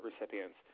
recipients